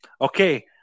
Okay